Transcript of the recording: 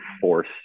force